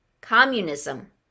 Communism